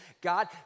God